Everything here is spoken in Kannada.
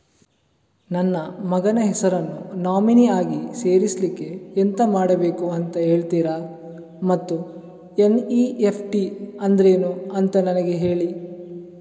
ನನ್ನ ಮಗನ ಹೆಸರನ್ನು ನಾಮಿನಿ ಆಗಿ ಸೇರಿಸ್ಲಿಕ್ಕೆ ಎಂತ ಮಾಡಬೇಕು ಅಂತ ಹೇಳ್ತೀರಾ ಮತ್ತು ಎನ್.ಇ.ಎಫ್.ಟಿ ಅಂದ್ರೇನು ಅಂತ ನನಗೆ ಹೇಳಿ